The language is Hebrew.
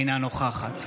אינה נוכחת